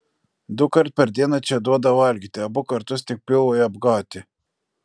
dukart per dieną čia duoda valgyti abu kartus tik pilvui apgauti